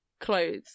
clothes